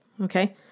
Okay